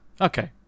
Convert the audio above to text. Okay